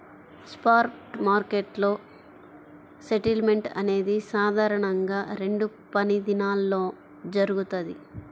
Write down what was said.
spot మార్కెట్లో settlement అనేది సాధారణంగా రెండు పనిదినాల్లో జరుగుతది,